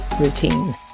routine